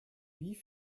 wie